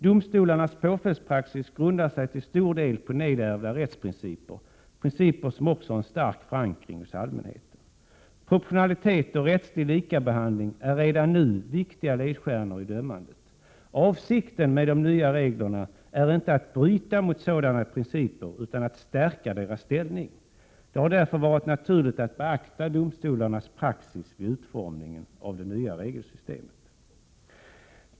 Domstolarnas påföljdspraxis grundar sig till stor del på nedärvda rättsprinciper — principer som också har en stark förankring hos allmänheten. Proportionalitet och rättslig likabehandling är redan nu viktiga ledstjärnor i dömandet. Avsikten med de nya reglerna är inte att bryta med sådana principer utan att stärka deras ställning. Det har därför varit naturligt att beakta domstolarnas praxis vid utformningen av det nya regelsystemet.